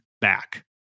back